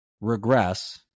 regress